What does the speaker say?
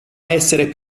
essere